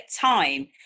time